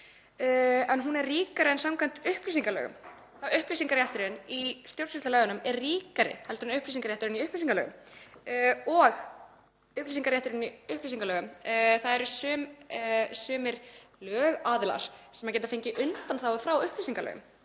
en hún er ríkari þar en samkvæmt upplýsingalögum, þ.e. upplýsingarétturinn í stjórnsýslulögunum er ríkari en upplýsingarétturinn í upplýsingalögum. Og upplýsingarétturinn í upplýsingalögum, það eru sumir lögaðilar sem geta fengið undanþágu frá upplýsingalögum,